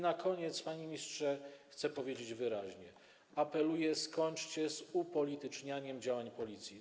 Na koniec, panie ministrze, chcę powiedzieć wyraźnie, apeluję: skończcie z upolitycznianiem działań Policji.